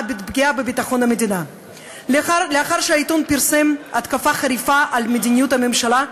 בביטחון המדינה לאחר שהעיתון פרסם התקפה חריפה על מדיניות הממשלה,